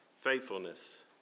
faithfulness